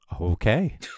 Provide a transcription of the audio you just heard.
Okay